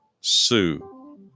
sue